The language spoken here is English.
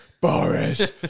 Boris